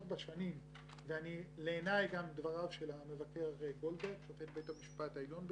לטובת העניין לקחת את המבקר הפדרלי של ארצות הברית שהוא מוביל בעולם.